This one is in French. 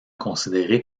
considéré